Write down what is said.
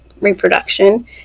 reproduction